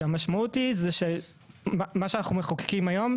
כי המשמעות היא שמה שאנחנו מחוקקים היום,